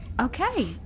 Okay